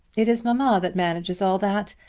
it is mamma that manages all that.